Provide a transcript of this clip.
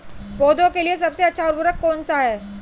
पौधों के लिए सबसे अच्छा उर्वरक कौन सा है?